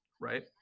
Right